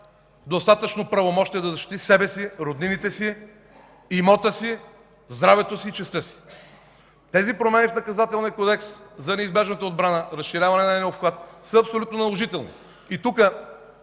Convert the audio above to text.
достатъчно правомощия да защити себе си, роднините си, имота си, здравето и честта си. Тези промени в Наказателния кодекс за неизбежната отбрана и разширяване на нейния обхват са абсолютна наложителни. И ние